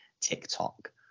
tiktok